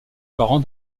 parents